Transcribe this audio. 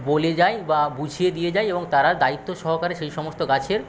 বলে যাই বা বুঝিয়ে দিয়ে যাই এবং তারা দায়িত্ব সহকারে সেই সমস্ত গাছের